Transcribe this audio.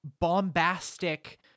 bombastic